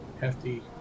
hefty